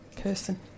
person